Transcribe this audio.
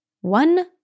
one